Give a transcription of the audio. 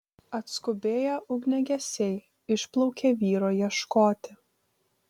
atskubėję ugniagesiai išplaukė vyro ieškoti